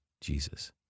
Jesus